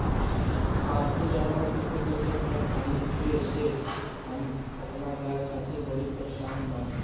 पाल्तु जानवर के कत्ल के ख़बर फैले से हम अपना गाय खातिर बड़ी परेशान बानी